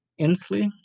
Inslee